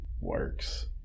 works